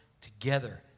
Together